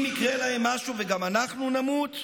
אם יקרה להם משהו וגם אנחנו נמות,